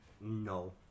No